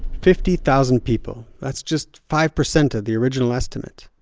fifty thousand people. that's just five percent of the original estimate.